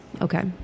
Okay